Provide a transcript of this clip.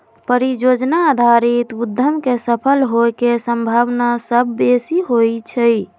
परिजोजना आधारित उद्यम के सफल होय के संभावना सभ बेशी होइ छइ